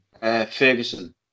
Ferguson